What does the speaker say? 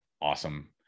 awesome